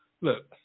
Look